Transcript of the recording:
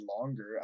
longer